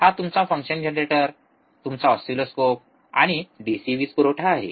हा तुमचा function generator तुमचा ऑसिलोस्कोप आणि डीसी वीज पुरवठा आहे